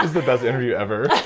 the best interview ever